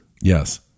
Yes